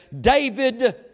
David